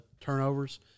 turnovers